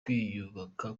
kwiyubaka